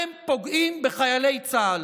פוגעים בחיילי צה"ל.